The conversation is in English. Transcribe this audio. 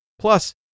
Plus